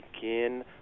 begin